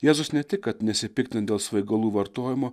jėzus ne tik kad nesipiktin dėl svaigalų vartojimo